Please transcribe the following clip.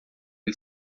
ele